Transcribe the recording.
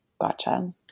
Gotcha